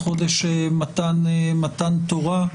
חודש מתן תורה,